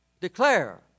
declare